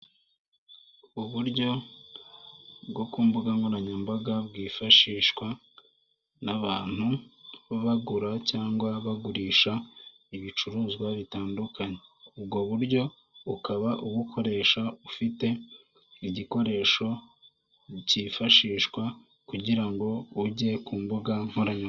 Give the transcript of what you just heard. Uburyo bwo ku mbuga nkoranyambaga bwifashishwa n'abantu bagura cyangwa bagurisha ibicuruzwa bitandukanye, ubwo buryo ukaba ubukoresha ufite igikoresho cyifashishwa kugira ngo ujye ku mbuga nkoranyambaga.